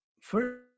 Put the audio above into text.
first